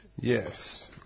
Yes